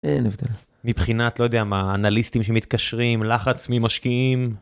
מבחינת אני לא יודע מה, אנליסטים שמתקשרים, לחץ ממשקעים.